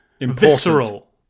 visceral